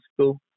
school